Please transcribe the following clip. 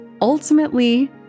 ultimately